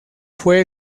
fue